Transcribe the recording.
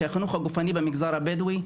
כי החינוך הגופני במגזר הבדואי,